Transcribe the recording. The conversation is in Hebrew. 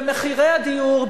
ומחירי הדיור,